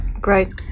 great